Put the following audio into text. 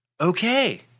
Okay